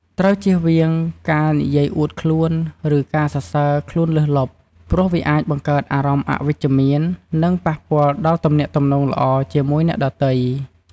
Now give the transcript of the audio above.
ត្រូវជៀសវាងការនិយាយអួតខ្លួន ឬការសរសើរខ្លួនលើសលប់ ព្រោះវាអាចបង្កើតអារម្មណ៍អវិជ្ជមាន និងប៉ះពាល់ដល់ទំនាក់ទំនងល្អជាមួយអ្នកដទៃ។